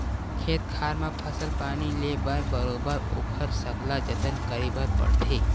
खेत खार म फसल पानी ले बर बरोबर ओखर सकला जतन करे बर परथे